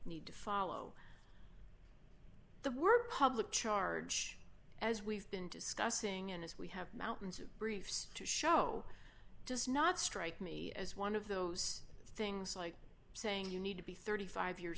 need to follow the were public charge as we've been discussing and as we have mountains of briefs to show does not strike me as one of those things like saying you need to be thirty five years